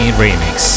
remix